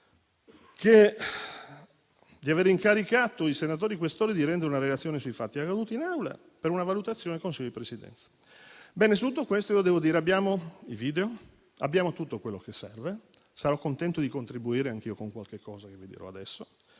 di aver incaricato i senatori Questori di rendere una relazione sui fatti accaduti in Aula per una valutazione del Consiglio di Presidenza. Ebbene, devo dire che su tutto questo abbiamo i video, abbiamo tutto quello che serve. Sarò contento di contribuire anch'io, con qualche cosa che vi dirò adesso.